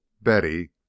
Betty